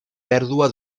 pèrdua